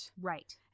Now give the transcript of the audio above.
Right